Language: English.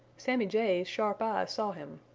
sammy jay's sharp eyes saw him.